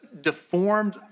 deformed